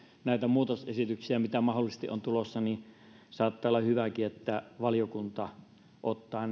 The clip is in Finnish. näitä muutosesityksiä mitä mahdollisesti on tulossa niin saattaa olla hyväkin että valiokunta ottaa